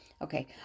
Okay